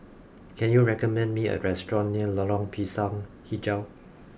can you recommend me a restaurant near Lorong Pisang HiJau